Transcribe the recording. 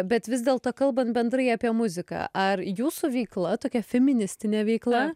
bet vis dėlto kalbant bendrai apie muziką ar jūsų veikla tokia feministinė veikla